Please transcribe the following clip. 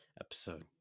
episode